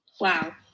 Wow